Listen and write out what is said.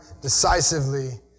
decisively